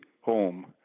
home